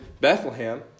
Bethlehem